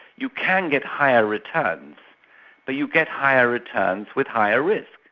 you can get higher returns but you get higher returns with higher risk.